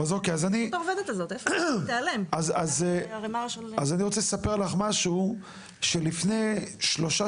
אז אני רוצה לספר לך משהו שלפני שלושה